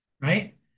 right